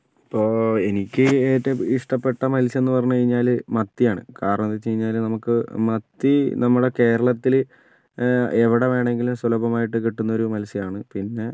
ഇപ്പോൾ എനിക്ക് ഏറ്റവും ഇഷ്ടപ്പെട്ട മത്സ്യം എന്ന് പറഞ്ഞ് കഴിഞ്ഞാൽ മത്തിയാണ് കാരണം എന്നു വെച്ച് കഴിഞ്ഞാൽ നമുക്ക് മത്തി നമ്മുടെ കേരളത്തിൽ എവിടെ വേണമെങ്കിലും സുലഭമായിട്ട് കിട്ടുന്ന ഒരു മത്സ്യമാണ് പിന്നെ